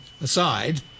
aside